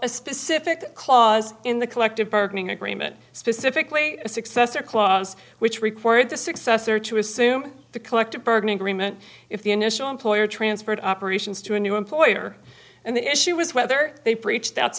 a specific clause in the collective bargaining agreement specifically a successor clause which required the successor to assume the collective bargaining agreement if the initial employer transferred operations to a new employer and the issue was whether they preached that